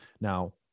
Now